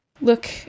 look